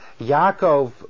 Yaakov